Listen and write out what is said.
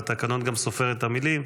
והתקנון גם סופר את המילים.